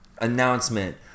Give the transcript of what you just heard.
announcement